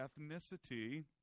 ethnicity